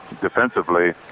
defensively